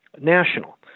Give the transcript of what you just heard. national